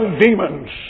demons